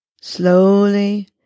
slowly